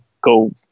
go